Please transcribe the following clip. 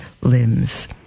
limbs